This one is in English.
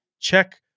check